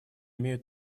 имеют